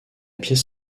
pièce